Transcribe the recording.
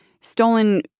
stolen